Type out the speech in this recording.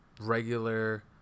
regular